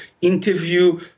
interview